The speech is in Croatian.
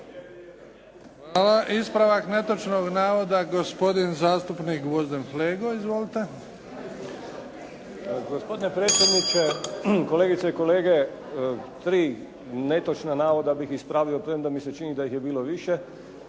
Hvala. Ispravak netočnog navoda, gospodin zastupnik Gvozden Flego. Izvolite.